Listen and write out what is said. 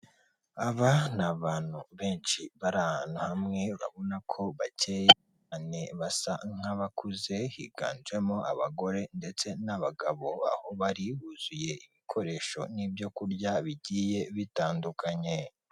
Aba ni abantu benshi bari ahantu hamwe urabona ko bakeye cyane basa nk'abakuze higanjemo abagore ndetse n'abagabo aho bari huzuye ibikoresho n'ibyo kurya bigiye bitandukanye.